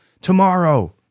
Tomorrow